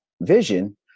vision